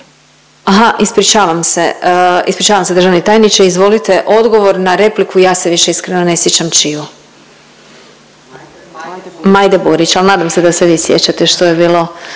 …aha, ispričavam se, ispričavam se državni tajniče, izvolite odgovor na repliku, ja se više iskreno ne sjećam čiju. …/Upadica iz klupe: Majde Burić./… Majde Burić, a nadam se da se vi sjećate što je bilo,